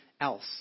else